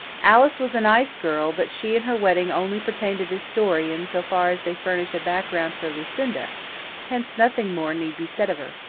alice was a nice girl, but she and her wedding only pertain to this story in so far as they furnish a background for lucinda hence nothing more need be said of her.